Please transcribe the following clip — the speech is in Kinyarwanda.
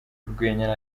urwenya